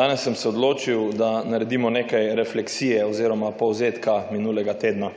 Danes sem se odločil, da naredimo nekaj refleksije oziroma povzetka minulega tedna.